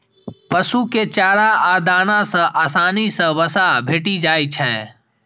पशु कें चारा आ दाना सं आसानी सं वसा भेटि जाइ छै